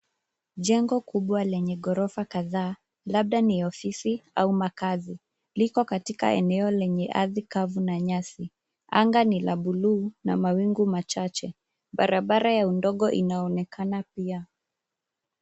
Jengo kubwa lenye ghorofa kadhaa, labda ni ofisi au makaazi. Liko katika eneo lenye ardhi kavu na nyasi. Anga ni la buluu na mawingu machache. Barabara ya undogo unaonekana pia.